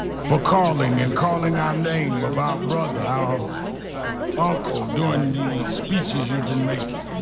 for calling and calling our name of our brother, our uncle, during the speeches you've been making.